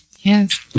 yes